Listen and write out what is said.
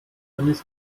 dennis